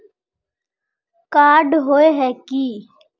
Card होय है की?